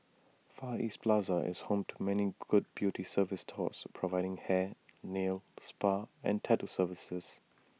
far east plaza is home to many good beauty service stores providing hair nail spa and tattoo services